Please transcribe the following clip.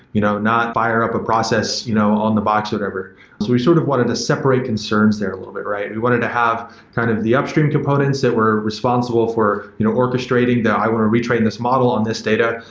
you know not fire up a process you know on the, but whatever. so we sort of wanted to separate concerns there a little bit, right? we wanted to have kind of the upstream components that were responsible for you know orchestrating that i want to retain this model on this data.